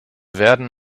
werden